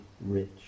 rich